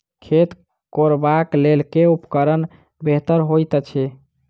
खेत कोरबाक लेल केँ उपकरण बेहतर होइत अछि?